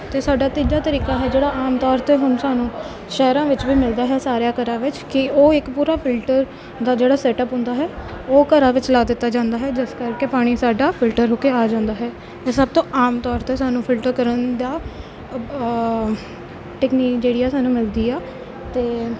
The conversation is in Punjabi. ਅਤੇ ਸਾਡਾ ਤੀਜਾ ਤਰੀਕਾ ਹੈ ਜਿਹੜਾ ਆਮ ਤੌਰ 'ਤੇ ਹੁਣ ਸਾਨੂੰ ਸ਼ਹਿਰਾਂ ਵਿੱਚ ਵੀ ਮਿਲਦਾ ਹੈ ਸਾਰਿਆਂ ਘਰਾਂ ਵਿੱਚ ਕਿ ਉਹ ਇੱਕ ਪੂਰਾ ਫਿਲਟਰ ਦਾ ਜਿਹੜਾ ਸੈਟਅੱਪ ਹੁੰਦਾ ਹੈ ਉਹ ਘਰਾਂ ਵਿੱਚ ਲਾ ਦਿੱਤਾ ਜਾਂਦਾ ਹੈ ਜਿਸ ਕਰਕੇ ਪਾਣੀ ਸਾਡਾ ਫਿਲਟਰ ਹੋ ਕੇ ਆ ਜਾਂਦਾ ਹੈ ਅਤੇ ਸਭ ਤੋਂ ਆਮ ਤੌਰ 'ਤੇ ਸਾਨੂੰ ਫਿਲਟਰ ਕਰਨ ਦਾ ਟੈਕਨੀਕ ਜਿਹੜੀ ਆ ਸਾਨੂੰ ਮਿਲਦੀ ਆ ਅਤੇ